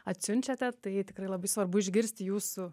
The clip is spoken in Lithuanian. atsiunčiate tai tikrai labai svarbu išgirsti jūsų